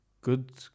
good